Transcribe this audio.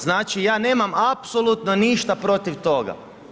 Znači ja nemam apsolutno ništa protiv toga.